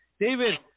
David